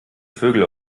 vögel